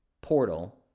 portal